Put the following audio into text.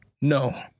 No